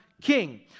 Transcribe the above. king